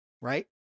right